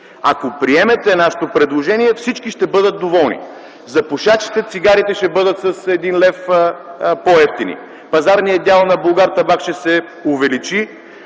Ако приемете нашето предложение, всички ще бъдат доволни. За пушачите цигарите ще бъдат с 1 лв. по-евтини, пазарният дял на „Булгартабак” ще се увеличи,